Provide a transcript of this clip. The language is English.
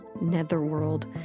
netherworld